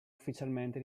ufficialmente